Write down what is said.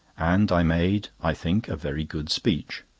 and i made, i think, a very good speech.